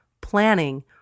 planning